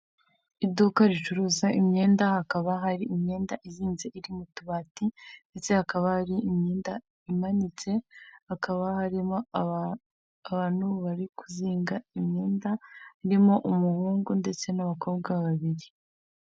Iduka ricuruza imyenda hakaba hari imyenda izinze iri mu tubati, ndetse hakaba hari imyenda imanitse, hakaba harimo abantu bari kuzinga imyenda, irimo umuhungu ndetse n'umukobwa babiri.